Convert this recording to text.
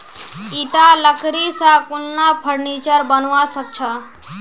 ईटा लकड़ी स कुनला फर्नीचर बनवा सख छ